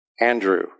Andrew